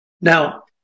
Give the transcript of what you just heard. Now